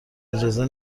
اجازه